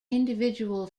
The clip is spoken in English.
individual